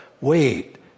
wait